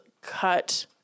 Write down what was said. cut